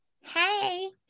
Hey